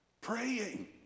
Praying